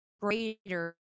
greater